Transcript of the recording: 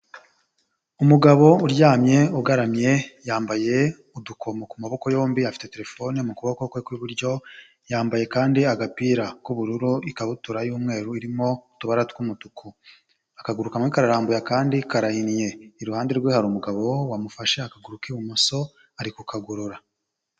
Umugabo uryamye ugaramye yambaye udukomo ku maboko yombi afite terefone mu kuboko kwew'iburyo yambaye kandi agapira k'ubururu ikabutura y'umweru irimo utubara tw'umutuku akagururukamwe karambuye kandi karahinnye iruhande rwe hari umugabo wamufashe akaguru k'ibumoso ari kukagorora.